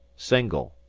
single,